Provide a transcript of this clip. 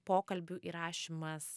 pokalbių įrašymas